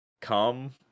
Come